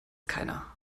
keiner